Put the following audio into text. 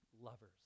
lovers